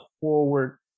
forward